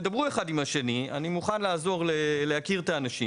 תדברו אחד עם השני אני מוכן לעזור להכיר את האנשים